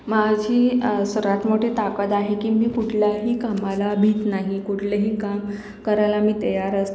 माझी सर्वात मोठी ताकद आहे की मी कुठल्याही कामाला भीत नाही कुठलेही काम करायला मी तयार असते